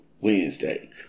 Wednesday